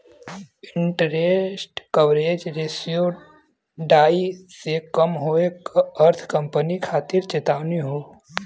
interest coverage ratio ढाई से कम होये क अर्थ कंपनी खातिर चेतावनी हौ